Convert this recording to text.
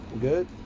Good